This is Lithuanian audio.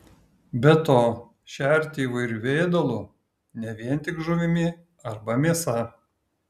be to šerti įvairiu ėdalu ne vien tik žuvimi arba mėsa